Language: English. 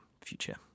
future